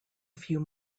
few